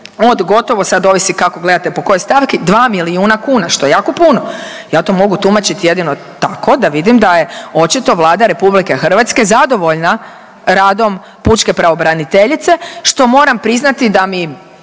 od gotovo sad ovisi kako gledate po kojoj stavki 2 milijuna kuna što je jako puno. Ja to mogu tumačiti jedino tako da vidim da je očito Vlada Republike Hrvatske zadovoljna radom pučke pravobraniteljice što moram priznati da mi